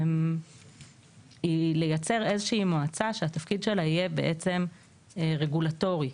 לייצר מועצה שתפקיד שלה יהיה רגולטורי.